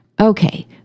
Okay